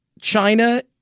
China